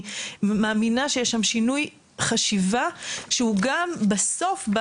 מאמינה שיש שם שינוי חשיבה שהוא גם בסוף,